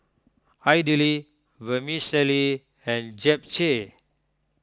Idili Vermicelli and Japchae